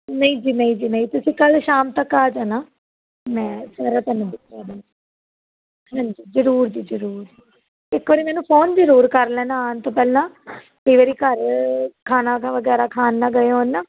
ਨਹੀਂ ਜੀ ਨਹੀਂ ਜੀ ਨਹੀਂ ਤੁਸੀਂ ਕੱਲ੍ਹ ਸ਼ਾਮ ਤੱਕ ਆ ਜਾਣਾ ਮੈਂ ਸਾਰਾ ਤੁਹਾਨੂੰ ਦਿਖਾ ਦਾਂਗੀ ਹਾਂਜੀ ਜ਼ਰੂਰ ਜੀ ਜ਼ਰੂਰ ਇੱਕ ਵਾਰ ਮੈਨੂੰ ਫੋਨ ਵੀ ਜ਼ਰੂਰ ਕਰ ਲੈਣਾ ਆਉਣ ਤੋਂ ਪਹਿਲਾਂ ਕਈ ਵਾਰ ਘਰ ਖਾਣਾ ਖਾ ਵਗੈਰਾ ਖਾਣ ਨਾ ਗਏ ਹੋਣ ਨਾ